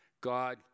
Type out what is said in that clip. God